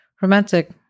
romantic